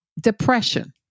Depression